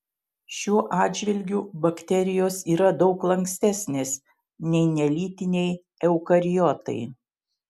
šiuo atžvilgiu bakterijos yra daug lankstesnės nei nelytiniai eukariotai